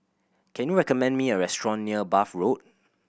can you recommend me a restaurant near Bath Road